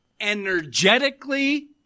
energetically